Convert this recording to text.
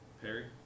Perry